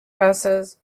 buses